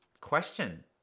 question